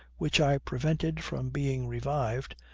which i prevented from being revived,